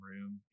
room